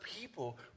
people